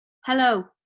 hello